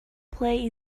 play